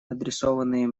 адресованные